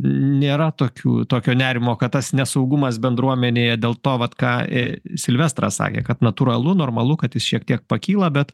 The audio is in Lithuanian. nėra tokių tokio nerimo kad tas nesaugumas bendruomenėje dėl to vat ką silvestras sakė kad natūralu normalu kad jis šiek tiek pakyla bet